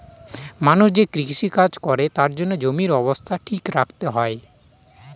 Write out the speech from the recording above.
মানুষ যে কৃষি কাজ করে তার জন্য জমির অবস্থা ঠিক রাখতে হয়